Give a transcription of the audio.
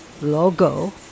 logo